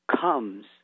comes